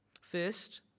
First